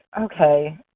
Okay